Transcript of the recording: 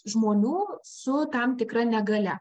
žmonių su tam tikra negalia